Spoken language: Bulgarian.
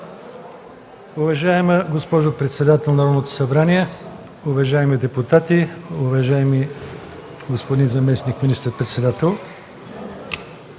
Уважаема госпожо председател на Народното събрание, уважаеми депутати, уважаеми господин заместник министър-председател!